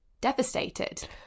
devastated